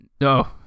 No